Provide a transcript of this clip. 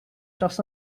dros